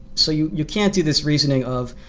so you you can't do this reasoning of,